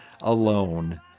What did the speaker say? alone